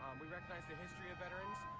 we recognize the history of veterans,